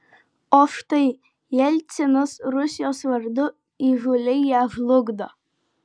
o štai jelcinas rusijos vardu įžūliai ją žlugdo